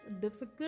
difficult